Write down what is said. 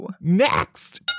Next